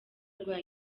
rwa